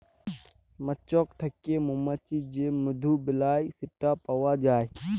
মচাক থ্যাকে মমাছি যে মধু বেলায় সেট পাউয়া যায়